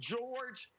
George